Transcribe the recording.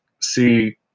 see